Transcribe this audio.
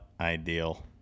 ideal